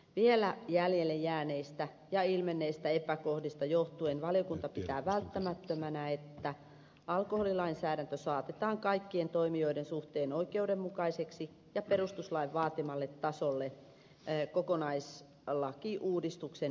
vielä jäljelle jääneistä ja ilmenneistä epäkohdista johtuen valiokunta pitää välttämättömänä että alkoholilainsäädäntö saatetaan kaikkien toimijoiden suhteen oikeudenmukaiseksi ja perustuslain vaatimalle tasolle kokonaislakiuudistuksen yhteydessä